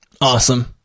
Awesome